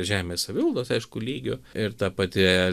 žemės savivaldos aišku lygiu ir ta pati